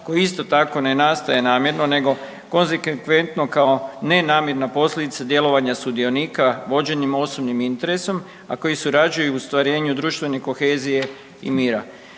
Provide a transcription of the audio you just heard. koji isto tako ne nastaje namjerno nego konsekventno kao nenamjerna posljedica djelovanja sudionika vođenim osobnim interesom, a koje surađuju u ostvarenju društvene kohezije i mira.